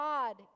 God